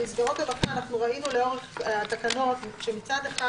מסגרות רווחה, אנחנו ראינו לאורך התקנות שמצד אחד